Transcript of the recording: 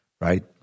right